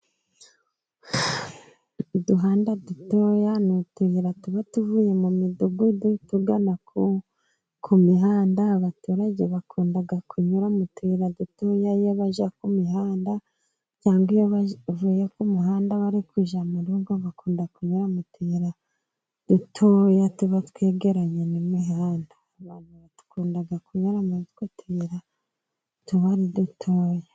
Uduhanda dutoya ni utuyira tuba tuvuye mu midugudu tugana ku mihanda, abaturage bakunda kunyura mutuyira dutoya bajya ku mihanda cyangwa iyo bavuye ku muhanda bari kujya mu rugo; bakunda kunyura mu tuyira dutoya tuba twegeranye n' imihanda abantu bakunda kunyura muri utwo tuyira tuba ari dutoya.